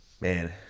Man